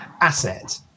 asset